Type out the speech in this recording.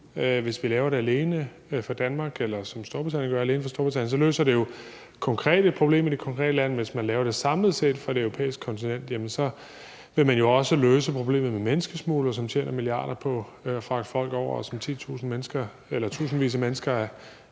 Hvis Danmark laver en model alene for Danmark, eller Storbritannien laver en model alene for Storbritannien, løser det jo et konkret problem i det konkrete land, men hvis man laver det samlet for det europæiske kontinent, vil man jo også løse problemet med menneskesmuglere, som tjener milliarder på at fragte folk over, hvilket har betydet, at tusindvis af mennesker er